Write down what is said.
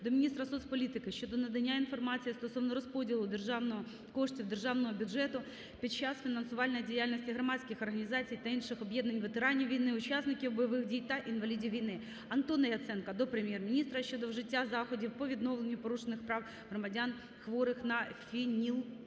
до міністра соцполітики щодо надання інформації стосовно розподілу державного... коштів державного бюджету під час фінансування діяльності громадських організацій та інших об'єднань ветеранів війни, учасників бойових дій та інвалідів війни. Антона Яценка до Прем'єр-міністра України щодо вжиття заходів по відновленню порушених прав громадян хворих на